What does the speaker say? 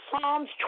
Psalms